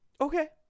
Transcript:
Okay